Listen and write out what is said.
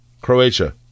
Croatia